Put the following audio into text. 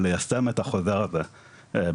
ליישם את החוזר הזה בהתאם.